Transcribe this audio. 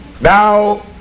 Now